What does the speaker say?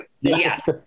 yes